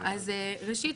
אז ראשית,